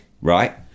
right